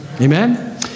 Amen